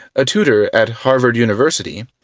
a tutor at harvard university,